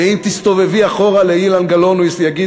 ואם תסתובבי אחורה, לאילן גלאון, אילן גילאון.